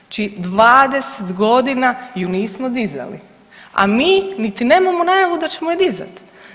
Znači 20.g. ju nismo dizali, a mi niti nemamo najavu da ćemo ju dizati.